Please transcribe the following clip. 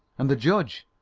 and the judge!